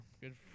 good